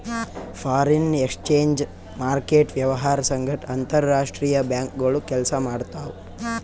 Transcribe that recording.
foreign exchange market ವ್ಯವಹಾರ್ ಸಂಗಟ್ ಅಂತರ್ ರಾಷ್ತ್ರೀಯ ಬ್ಯಾಂಕ್ಗೋಳು ಕೆಲ್ಸ ಮಾಡ್ತಾವ್